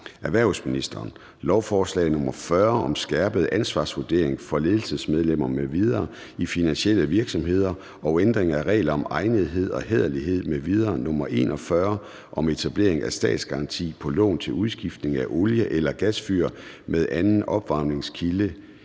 Ansvarsudvalgets forslag om skærpet ansvarsvurdering for ledelsesmedlemmer m.v. i finansielle virksomheder og ændring af reglerne om egnethed og hæderlighed)), Lovforslag nr. L 41 (Forslag til lov om etablering af statsgaranti på lån til udskiftning af olie- eller gasfyr med en anden opvarmningskilde